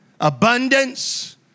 Abundance